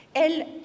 elle